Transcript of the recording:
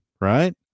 right